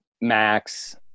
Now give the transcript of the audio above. max